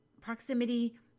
proximity